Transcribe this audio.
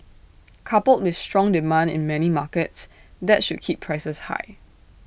coupled with strong demand in many markets that should keep prices high